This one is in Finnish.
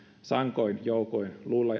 sankoin joukoin